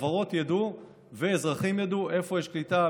חברות ידעו ואזרחים ידעו איפה יש קליטה,